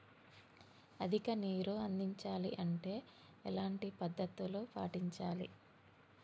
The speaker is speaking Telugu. అధిక నీరు అందించాలి అంటే ఎలాంటి పద్ధతులు పాటించాలి?